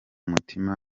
mutima